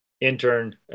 intern